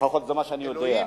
לפחות זה מה שאני יודע.